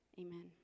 Amen